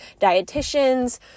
dietitians